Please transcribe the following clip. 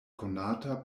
konata